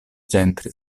centri